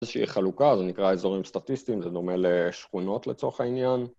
איזושהי חלוקה, זה נקרא אזורים סטטיסטיים, זה דומה לשכונות לצורך העניין